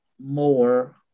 more